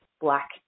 black